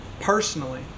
Personally